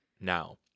now